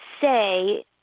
say